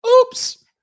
oops